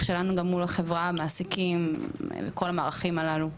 שלנו גם מול החברה המעסיקים וכל המערכים הללו.